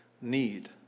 need